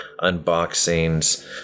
unboxings